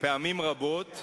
זה היה על תקן,